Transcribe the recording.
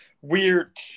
weird